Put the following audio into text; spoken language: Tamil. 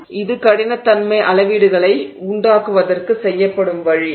எனவே இது கடினத்தன்மை அளவீடுகளை உண்டாக்குவாதற்கு செய்யப்படும் வழி